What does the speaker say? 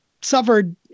suffered